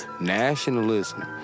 nationalism